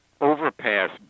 overpass